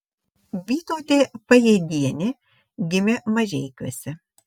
bytautė pajėdienė gimė mažeikiuose